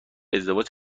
ازدواج